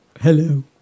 hello